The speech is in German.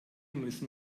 müssen